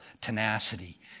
tenacity